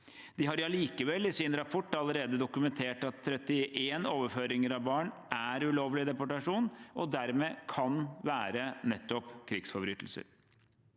De har allikevel i sin rapport allerede dokumentert at 31 overføringer av barn er ulovlig deportasjon og dermed kan være nettopp krigsforbrytelser.